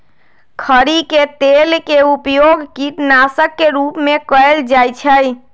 खरी के तेल के उपयोग कीटनाशक के रूप में कएल जाइ छइ